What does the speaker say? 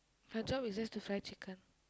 her job is just to fry chicken